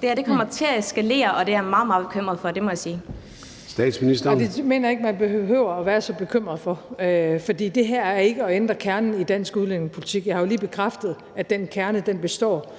Kl. 00:18 Statsministeren (Mette Frederiksen): Det mener jeg ikke man behøver at være så bekymret for, for det her er ikke at ændre kernen i dansk udlændingepolitik. Jeg har jo lige bekræftet, at den kerne består.